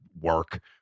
work